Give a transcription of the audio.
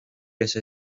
ese